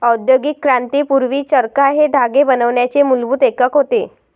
औद्योगिक क्रांती पूर्वी, चरखा हे धागे बनवण्याचे मूलभूत एकक होते